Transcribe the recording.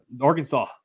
Arkansas